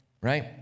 right